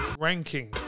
Ranking